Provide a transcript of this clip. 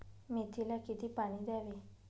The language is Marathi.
मेथीला किती पाणी द्यावे?